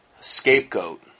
scapegoat